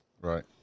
right